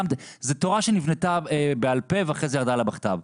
זו תורה שנבנתה בעל פה ואחר כך ירדה לכתב.